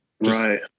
right